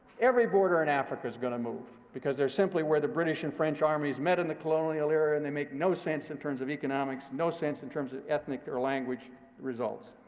every border in africa is going to move, because they're simply where the british and french armies met in the colonial era, and they make no sense in terms of economics, no sense in terms of ethnic or language results.